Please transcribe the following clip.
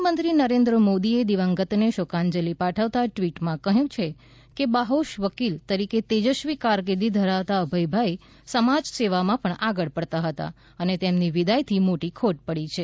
પ્રધાનમંત્રી નરેન્દ્ર મોદી એ દિવંગત ને શોકાંજલી પાઠવતા ટ્વિટ માં કહ્યું છે કે બાહોશ વકીલ તરીકે તેજસ્વી કારકિર્દી ધરાવતા અભયભાઇ સમાજ સેવા માં પણ આગળ પડતાં હતા અને તેમની વિદાય થી મોટી ખોટ પડી છે